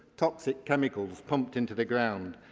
toxic chemicals pumped into the ground.